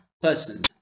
person